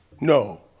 no